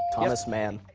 thomas mann.